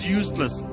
useless